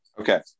okay